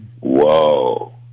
Whoa